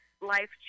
life